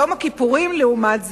יום הכיפורים, לעומת זאת,